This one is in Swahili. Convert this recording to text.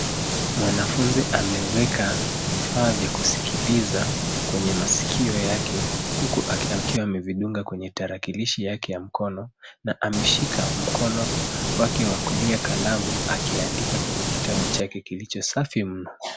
Mwanafunzi ameweka vifaa vya kusikiliza kwenye masikio yake huku akiwa amevidunga kwenye tarakilishi yake ya mkono na ameshika mkono wake wa kulia kalamu akiandika kwenye kitabu chake kilicho safi mno.